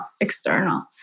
external